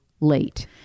late